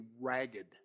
ragged